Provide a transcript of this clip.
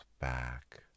back